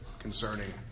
concerning